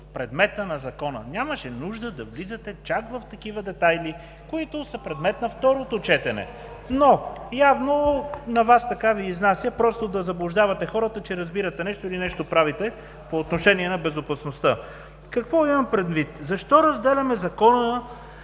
предмета на Закона, нямаше нужда да влизате чак в такива детайли, които са предмет на второто четене, но явно на Вас така Ви изнася – просто да заблуждавате хората, че разбирате нещо или нещо правите по отношение на безопасността. Какво имам предвид? Защо разделяме Закона